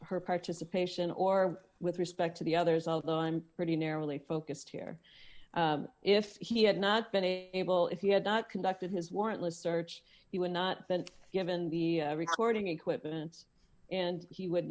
her participation or with respect to the others although i'm pretty narrowly focused here if he had not been able if he had not conducted his warrantless search he would not been given the recording equipment and he would